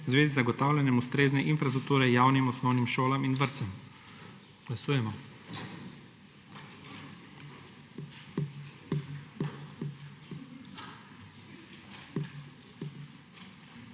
zvezi z zagotavljanjem ustrezne infrastrukture javnim osnovnim šolam in vrtcem. Glasujemo.